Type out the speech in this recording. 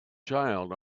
child